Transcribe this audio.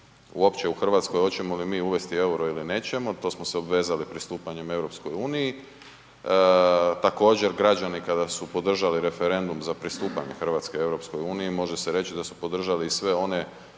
uopće u Hrvatskoj hoćemo li mi uvesti EUR-o ili nećemo, to smo se obvezali pristupanjem EU. Također građani kada su podržali referendum za pristupanje Hrvatske EU može se reći da su podržali i sve one